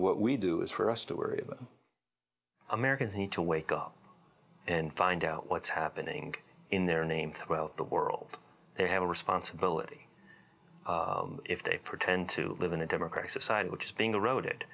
what we do is for us to worry about americans need to wake up and find out what's happening in their name throughout the world they have a responsibility if they pretend to live in a democratic society which is being eroded i